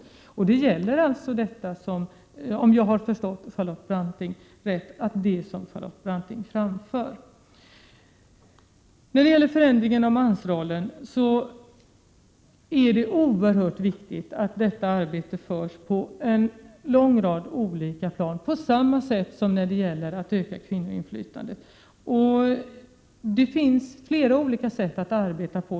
Om jag har förstått Charlotte Branting rätt gäller detta den fråga hon tog upp. Det är oerhört viktigt att arbetet för att förändra mansrollen, på samma sätt som när det gäller att öka kvinnoinflytandet, sker på en lång rad olika plan. Det finns flera olika sätt att arbeta på.